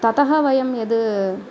ततः वयं यत्